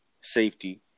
safety